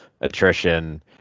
attrition